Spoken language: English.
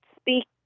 speak